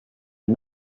est